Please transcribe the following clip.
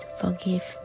forgive